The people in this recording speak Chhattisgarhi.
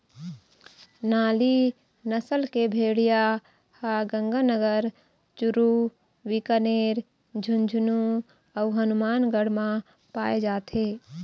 नाली नसल के भेड़िया ह गंगानगर, चूरू, बीकानेर, झुंझनू अउ हनुमानगढ़ म पाए जाथे